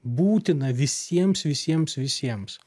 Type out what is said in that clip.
būtina visiems visiems visiems